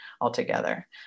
altogether